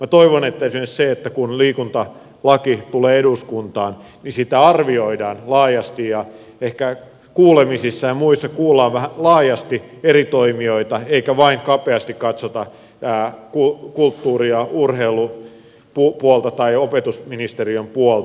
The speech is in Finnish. minä toivon että esimerkiksi kun liikuntalaki tulee eduskuntaan niin sitä arvioidaan laajasti ja ehkä kuulemisissa ja muissa kuullaan laajasti eri toimijoita eikä vain kapeasti katsota kulttuuri ja urheilupuolta tai opetusministeriön puolta